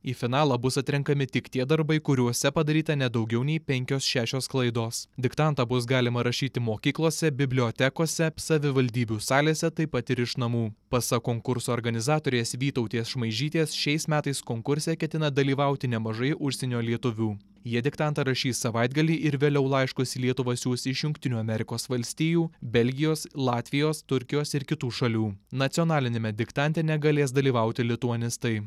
į finalą bus atrenkami tik tie darbai kuriuose padaryta ne daugiau nei penkios šešios klaidos diktantą bus galima rašyti mokyklose bibliotekose savivaldybių salėse taip pat ir iš namų pasak konkurso organizatorės vytautės šmaižytės šiais metais konkurse ketina dalyvauti nemažai užsienio lietuvių jie diktantą rašys savaitgalį ir vėliau laiškus į lietuvą siųs iš jungtinių amerikos valstijų belgijos latvijos turkijos ir kitų šalių nacionaliniame diktante negalės dalyvauti lituanistai